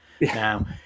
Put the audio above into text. Now